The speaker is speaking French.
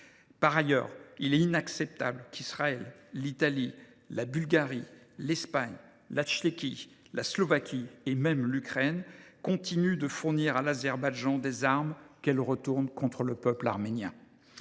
Par ailleurs, il est inacceptable qu’Israël, l’Italie, la Bulgarie, l’Espagne, la République tchèque, la Slovaquie et même l’Ukraine continuent de fournir à l’Azerbaïdjan des armes que ce pays retourne contre le peuple arménien.